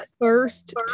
First